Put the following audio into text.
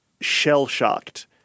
shell-shocked